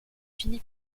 fini